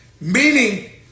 Meaning